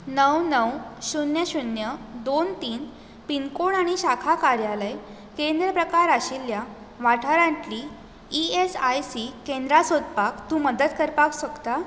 णव णव शुन्य शुन्य दोन तीन पिनकोड आनी शाखा कार्यालय केंद्र प्रकार आशिल्ल्या वाठारांतलीं ई एस आय सी केंद्रां सोदपाक तूं मदत करपाक शकता